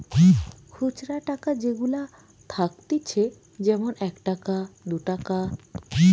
খুচরা টাকা যেগুলা থাকতিছে যেমন এক টাকা, দু টাকা